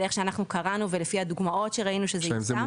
של איך שאנחנו קראנו ולפי הדוגמאות שראינו שזה יושם --- השאלה היא,